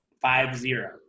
Five-zero